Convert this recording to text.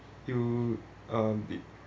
you uh did